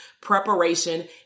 preparation